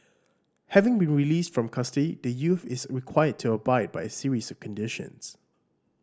having been released from custody the youth is required to abide by a series of conditions